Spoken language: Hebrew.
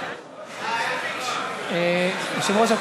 אחרי התקפת לב ראשונה ושנייה,